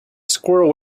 squirrel